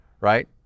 right